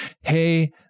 hey